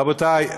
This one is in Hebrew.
רבותיי,